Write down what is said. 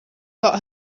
got